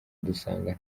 dusanga